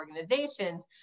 organizations